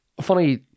funny